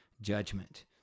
judgment